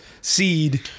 seed